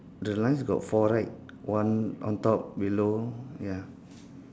the lines got four right one on top below ya